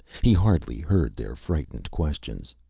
he hardly heard their frightened questions.